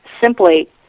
simply